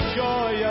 joy